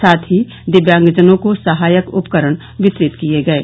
साथ ही दिव्यांगजनों को सहायक उपकरण वितरित किये गये